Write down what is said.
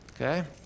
Okay